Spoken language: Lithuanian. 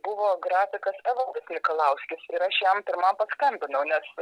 buvo grafikas evaldas mikalauskis ir aš jam pirmam paskambinau nes